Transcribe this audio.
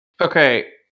Okay